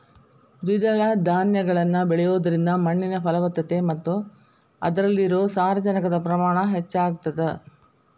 ದ್ವಿದಳ ಧಾನ್ಯಗಳನ್ನ ಬೆಳಿಯೋದ್ರಿಂದ ಮಣ್ಣಿನ ಫಲವತ್ತತೆ ಮತ್ತ ಅದ್ರಲ್ಲಿರೋ ಸಾರಜನಕದ ಪ್ರಮಾಣ ಹೆಚ್ಚಾಗತದ